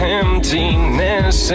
emptiness